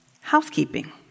housekeeping